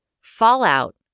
Fallout